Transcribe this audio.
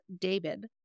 David